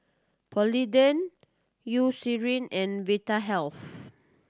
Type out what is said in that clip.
Polident Eucerin and Vitahealth